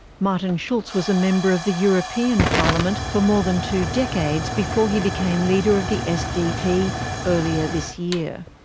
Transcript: martin schulz was a member of the european parliament for more than two decades before he became leader of the sdp earlier this year.